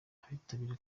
abitabira